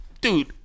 Dude